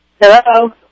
Hello